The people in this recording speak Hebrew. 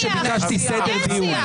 זה מה שאתה צריך להבין, אנחנו לא נשתוק.